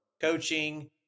coaching